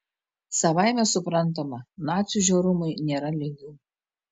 savaime suprantama nacių žiaurumui nėra lygių